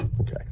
Okay